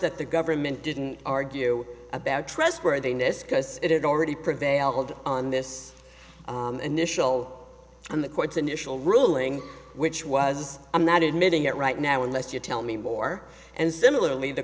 that the government didn't argue about trustworthiness because it had already prevailed on this initial on the court's initial ruling which was i'm not admitting it right now unless you tell me more and similarly the